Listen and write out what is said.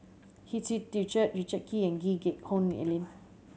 Hu Tsu Tau Richard Richard Kee and Lee Geck Hoon Ellen